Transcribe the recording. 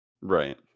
Right